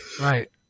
Right